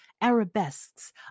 arabesques